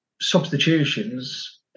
substitutions